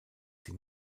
sie